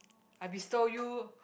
I bestow you